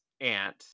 ant